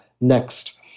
next